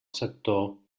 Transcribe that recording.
sector